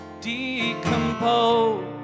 decompose